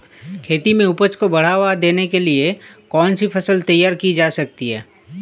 खेती में उपज को बढ़ावा देने के लिए कौन सी फसल तैयार की जा सकती है?